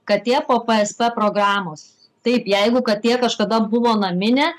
katė po psp programos taip jeigu katė kažkada buvo naminė